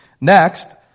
Next